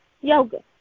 yoga